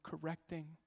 correcting